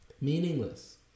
meaningless